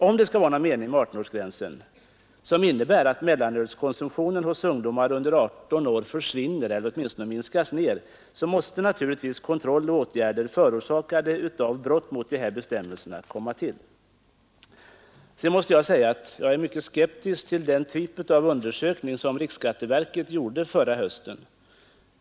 Om det skall vara någon mening med 18-årsgränsen, som innebär att mellanölskonsumtionen hos ungdomar under 18 år försvinner eller åtminstone minskas ned, måste naturligtvis kontroll och åtgärder förorsakade av brott mot dessa bestämmelser komma till. Jag måste säga att jag är mycket skeptisk till den typ av undersökning som riksskatteverket gjorde förra hösten.